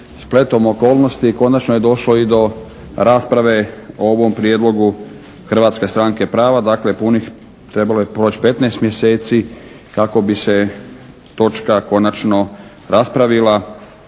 spletom okolnosti konačno je došlo i do rasprave o ovom Prijedlogu Hrvatske stranke prava. Dakle, punih trebalo je proći 15 mjeseci kako bi se točka konačno raspravila